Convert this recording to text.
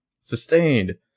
Sustained